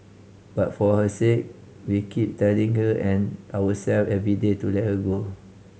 but for her sake we keep telling her and ourself every day to let her go